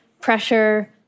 pressure